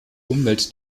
umwelt